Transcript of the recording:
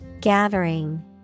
Gathering